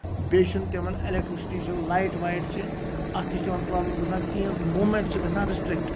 بیٚیہِ چھُنہٕ تِمن اٮ۪لیکٹرسِٹی چھُ لایِٹ وایِٹ چھِ اَتھ تہِ چھِ تِمن پروبلِم گژھان تِہنز موٗمینٹ چھِ گژھان ریسٹرکٹ